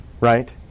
right